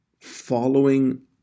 following